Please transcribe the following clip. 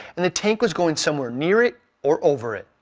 and the tank was going somewhere near it or over it.